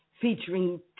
featuring